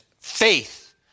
faith